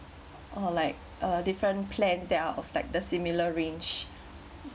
or like uh different plans that are of like the similar range